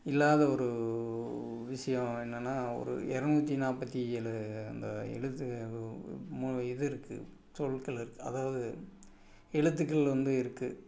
இல்லாத ஒரு விஷயம் என்னென்னா ஒரு எரநூற்றி நாற்பத்தி ஏழு அந்த எழுத்து மோ இது இருக்குது சொற்கள் இருக்குது அதாவது எழுத்துக்கள் வந்து இருக்குது